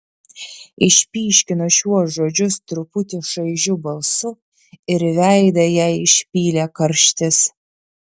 išpyškino šiuos žodžius truputį šaižiu balsu ir veidą jai išpylė karštis